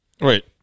Right